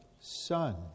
Son